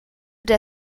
der